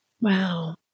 Wow